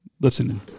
listening